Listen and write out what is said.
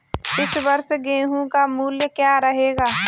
इस वर्ष गेहूँ का मूल्य क्या रहेगा?